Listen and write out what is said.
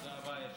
תודה רבה.